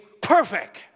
perfect